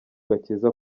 gakiza